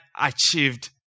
achieved